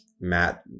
Matt